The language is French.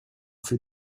fait